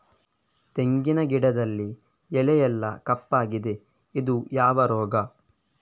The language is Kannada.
ತೆಂಗಿನ ಗಿಡದಲ್ಲಿ ಎಲೆ ಎಲ್ಲಾ ಕಪ್ಪಾಗಿದೆ ಇದು ಯಾವ ರೋಗ?